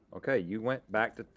okay, you went back to,